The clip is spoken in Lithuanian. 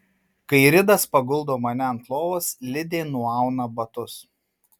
kai ridas paguldo mane ant lovos lidė nuauna batus